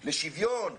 לשוויון,